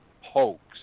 hoax